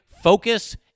focus